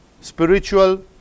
spiritual